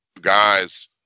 guys